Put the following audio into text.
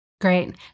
Great